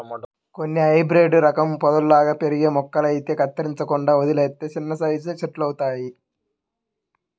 కొన్ని హైబ్రేడు రకం పొదల్లాగా పెరిగే మొక్కలైతే కత్తిరించకుండా వదిలేత్తే చిన్నసైజు చెట్టులంతవుతయ్